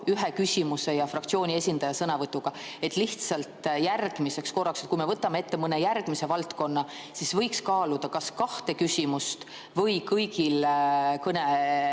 ühe küsimuse ja fraktsiooni esindaja sõnavõtuga. Lihtsalt järgmiseks korraks: kui me võtame ette mõne järgmise valdkonna, siis võiks kaaluda kas kahte küsimust või kõigil